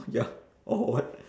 ya or what